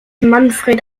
manfred